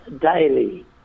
Daily